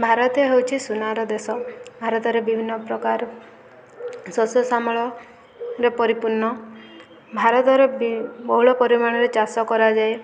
ଭାରତୀୟ ହେଉଛି ସୁନାର ଦେଶ ଭାରତରେ ବିଭିନ୍ନ ପ୍ରକାର ଶସ୍ୟ ଶ୍ୟାମଳରେ ପରିପୂର୍ଣ୍ଣ ଭାରତରେ ବହୁଳ ପରିମାଣରେ ଚାଷ କରାଯାଏ